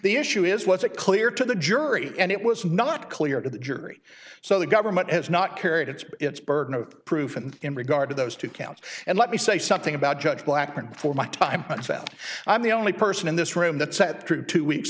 the issue is was it clear to the jury and it was not clear to the jury so the government has not carried its its burden of proof and in regard to those two counts and let me say something about judge blackburn before my time and found i'm the only person in this room that sat through two weeks